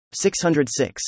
606